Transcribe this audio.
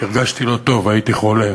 הרגשתי לא טוב, הייתי חולה.